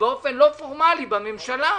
באופן לא פורמלי בממשלה,